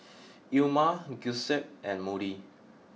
Ilma Giuseppe and Moody